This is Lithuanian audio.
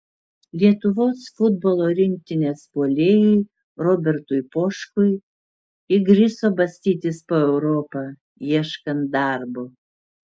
lietuvos futbolo rinktinės puolėjui robertui poškui įgriso bastytis po europą ieškant darbo